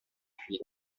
fleet